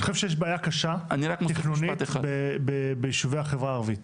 אני חושב שיש בעיה קשה תכנונית בישובי החברה הערבית.